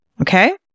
Okay